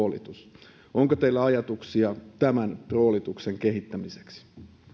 ja roolitus onko teillä ajatuksia tämän roolituksen kehittämiseksi